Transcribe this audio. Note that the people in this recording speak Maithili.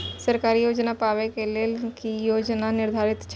सरकारी योजना पाबे के लेल कि योग्यता निर्धारित छै?